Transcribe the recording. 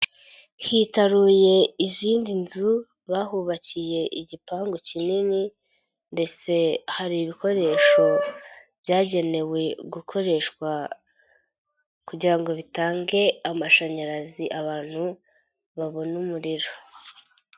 hitaruye izindi nzu bahubakiye igipangu kinini, ndetse hari ibikoresho byagenewe gukoreshwa kugira ngo bitange amashanyarazi abantu babone umuriro.